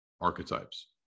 archetypes